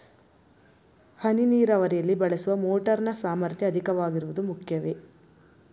ಹನಿ ನೀರಾವರಿಯಲ್ಲಿ ಬಳಸುವ ಮೋಟಾರ್ ನ ಸಾಮರ್ಥ್ಯ ಅಧಿಕವಾಗಿರುವುದು ಮುಖ್ಯವೇ?